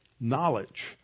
Knowledge